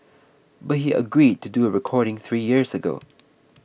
but he agreed to do a recording three years ago